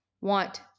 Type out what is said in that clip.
want